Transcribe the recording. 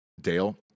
Dale